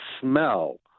smell